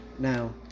Now